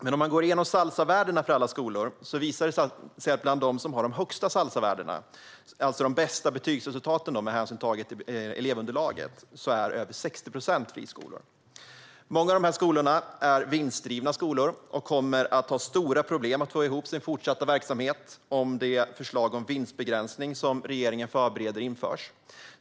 Men om man går igenom Salsavärdena för alla skolor visar det sig att bland dem som har de högsta Salsavärdena, alltså de bästa betygsresultaten med hänsyn taget till elevunderlaget, är över 60 procent friskolor. Många av de här skolorna är vinstdrivna skolor och kommer att ha stora problem att få ihop sin fortsatta verksamhet om det förslag om vinstbegränsning som regeringen förbereder införs.